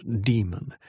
demon